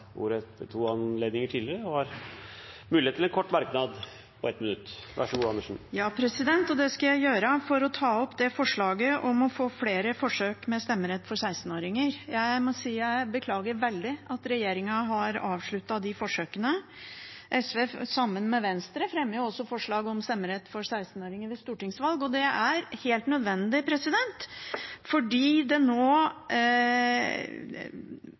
ordet to ganger tidligere og får ordet til en kort merknad, begrenset til 1 minutt. Jeg skal ta opp forslaget om å få flere forsøk med stemmerett for 16-åringer. Jeg må si jeg beklager veldig at regjeringen har avsluttet de forsøkene. SV og Venstre fremmer grunnlovsforslag om stemmerett for 16-åringer ved stortingsvalg, og det er helt nødvendig, for framtida til disse ungdommene står på spill. De har nå